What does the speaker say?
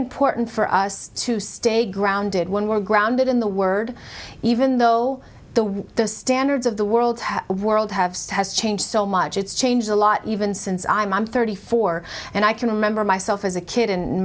important for us to stay grounded one more grounded in the word even though the standards of the world world have has changed so much it's changed a lot even since i'm thirty four and i can remember myself as a kid